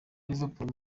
liverpool